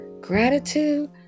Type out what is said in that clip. Gratitude